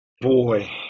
Boy